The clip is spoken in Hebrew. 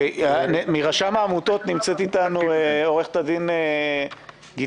מרשם העמותות נמצאת איתנו עורכת הדין גיתית.